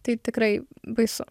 tai tikrai baisu